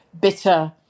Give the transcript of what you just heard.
bitter